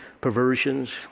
perversions